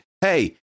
Hey